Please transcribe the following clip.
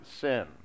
sin